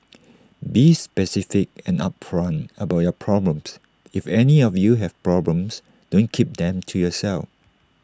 be specific and upfront about your problems if any of you have problems don't keep them to yourself